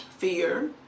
Fear